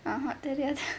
ah ha தெரியாது:thriyaathu